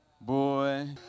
Boy